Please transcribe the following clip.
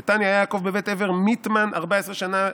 דתניא: היה יעקב בבית עבר מוטמן ארבע עשרה שנה.